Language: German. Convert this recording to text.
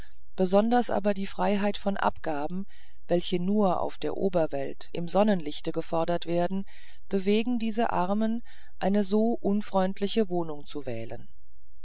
besonders aber die freiheit von abgaben welche nur auf der oberwelt im sonnenlichte gefordert werden bewegen diese armen eine so unfreundliche wohnung zu wählen